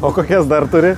o kokias dar turi